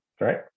Right